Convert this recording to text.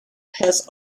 has